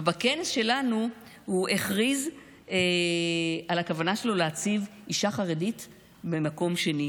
בכנס שלנו הוא הכריז על הכוונה שלו להציב אישה חרדית במקום שני.